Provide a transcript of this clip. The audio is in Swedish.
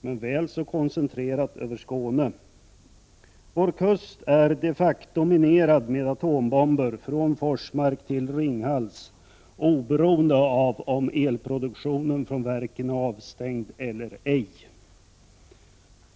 men väl så koncentrerat över Skåne. Vår kust är de facto minerad med atombomber från Forsmark till Ringhals oberoende av om elproduktionen från verken är avstängd eller &.